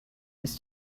his